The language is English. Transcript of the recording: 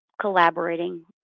collaborating